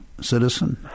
citizen